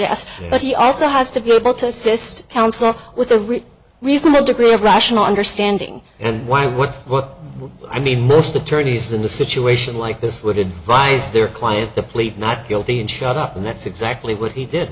yes but he also has to be able to assist counsel with the real reason the degree of rational understanding and why what's what i mean most attorneys in a situation like this would advise their client to plead not guilty and shut up and that's exactly what he did